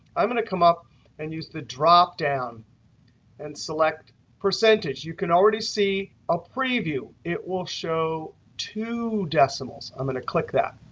i'm going to come up and use the dropdown and select percentage. you can already see a preview. it will show two decimals. i'm going to click that.